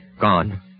Gone